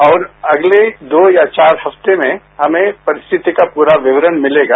और अगले दो या चार हफ्ते में हमें परिस्थिति का पूरा विवरण मिलेगा